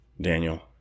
Daniel